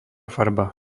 farba